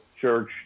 church